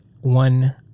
one